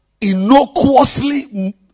innocuously